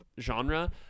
genre